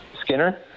Skinner